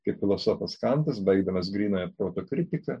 kaip filosofas kantas baigdamas grynojo proto kritiką